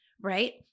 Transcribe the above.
right